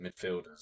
midfielders